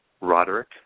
Roderick